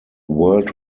world